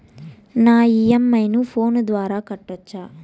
నా ఇ.ఎం.ఐ ను ఫోను ద్వారా కట్టొచ్చా?